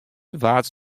waard